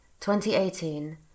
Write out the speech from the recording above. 2018